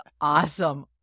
awesome